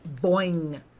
boing